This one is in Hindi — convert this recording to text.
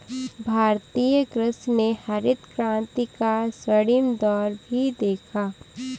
भारतीय कृषि ने हरित क्रांति का स्वर्णिम दौर भी देखा